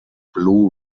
blu